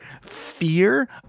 fear